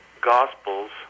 Gospels